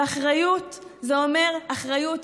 ואחריות זה אומר אחריות